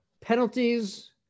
penalties